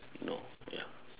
no ya